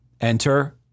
Enter